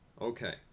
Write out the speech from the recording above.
Okay